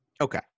Okay